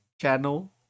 channel